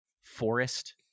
forest